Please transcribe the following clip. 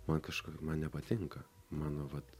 man kažk man nepatinka mano vat